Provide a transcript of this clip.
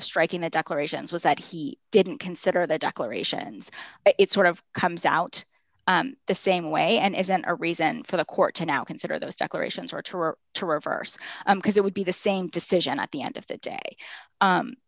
of striking the declarations was that he didn't consider the declarations it sort of comes out the same way and isn't a reason for the court to now consider those declarations were to reverse because it would be the same decision at the end of the day